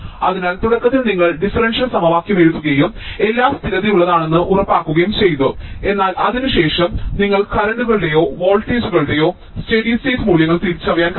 അതിനാൽ തുടക്കത്തിൽ നിങ്ങൾ ഡിഫറൻഷ്യൽ സമവാക്യം എഴുതുകയും എല്ലാം സ്ഥിരതയുള്ളതാണെന്ന് ഉറപ്പാക്കുകയും ചെയ്യുക എന്നാൽ അതിനുശേഷം നിങ്ങൾക്ക് കറന്റ്കളുടെയോ വോൾട്ടേജുകളുടെയോ സ്റ്റെഡി സ്റ്റേറ്റ് മൂല്യങ്ങൾ തിരിച്ചറിയാൻ കഴിയും